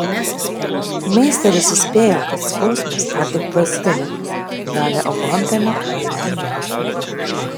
meisteris įspėjo kad skausmas dar tik prasideda ir davė aguonpienio ramiam miegui